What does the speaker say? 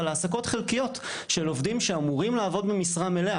על העסקות חלקיות של עובדים שאמורים לעבוד במשרה מלאה.